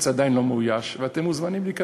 להזכירך שתיק החוץ עדיין לא מאויש ואתם מוזמנים להיכנס.